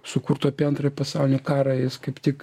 sukurtų apie antrąjį pasaulinį karą jis kaip tik